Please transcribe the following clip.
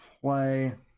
play